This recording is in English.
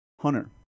Hunter